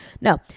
no